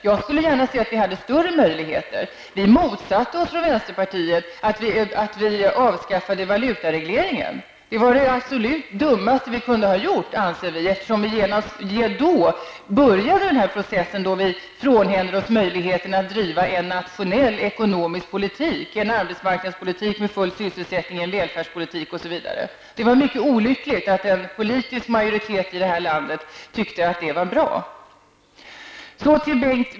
Jag skulle gärna se att vi hade större möjligheter. Vi motsatte oss från vänsterpartiet att valutaregleringen avskaffades. Det var det absolut dummaste man kunde göra, anser vi, eftersom man då påbörjade processen att frånhända sig möjligheten att driva en nationell ekonomisk politik, en arbetsmarknadspolitik med full sysselsättning, en välfärdspolitik osv. Det var mycket olyckligt att en politisk majoritet här i landet tyckte att det var bra.